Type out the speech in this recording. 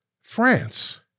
France